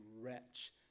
wretch